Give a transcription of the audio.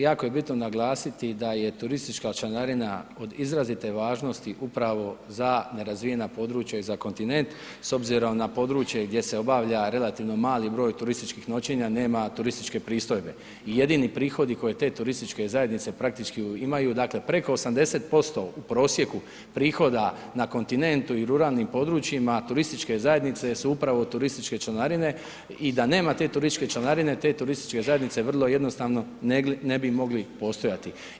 Jako je bitno naglasiti da je turistička članarina od izrazite važnosti upravo za nerazvijena područja i za kontinent s obzirom na područje gdje se obavlja relativno mali broj turističkih noćenja, nema turističke pristojbe i jedini prihodi koji te turističke zajednice praktički imaju, dakle preko 80% u prosjeku prihoda na kontinentu i u ruralnim područjima, turističke zajednice su upravo turističke članarine i da nema te turističke članarine, te turističke zajednice vrlo jednostavno ne bi mogli postojati.